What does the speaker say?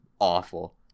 awful